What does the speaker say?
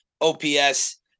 OPS